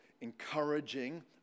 encouraging